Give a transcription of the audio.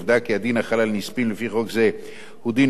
הנספים לפי חוק זה הוא דין פקודת הירושה.